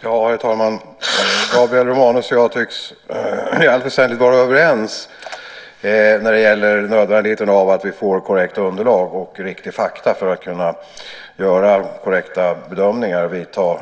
Herr talman! Gabriel Romanus och jag tycks i allt väsentligt vara överens när det gäller nödvändigheten av att vi får korrekta underlag och riktiga fakta för att kunna göra korrekta bedömningar och vidta